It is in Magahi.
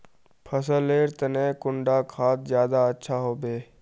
फसल लेर तने कुंडा खाद ज्यादा अच्छा सोबे?